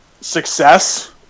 success